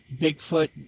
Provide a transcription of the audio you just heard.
Bigfoot